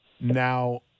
now